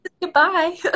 goodbye